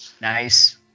Nice